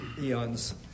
eon's